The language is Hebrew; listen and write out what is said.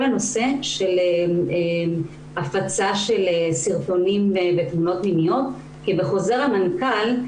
הנושא של הפצה של סרטונים ותמונות מיניות כי בחוזר המנכ"ל,